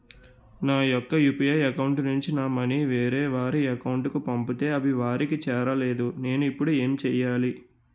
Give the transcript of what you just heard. నా యెక్క UPI account నుంచి నా మనీ వేరే వారి అకౌంట్ కు పంపితే అవి వారికి చేరలేదు నేను ఇప్పుడు ఎమ్ చేయాలి?